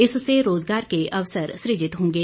इससे रोजगार के अवसर सृजित होंगे